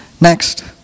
Next